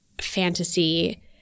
fantasy